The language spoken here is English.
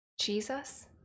Jesus